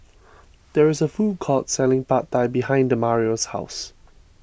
there is a food court selling Pad Thai behind Demario's house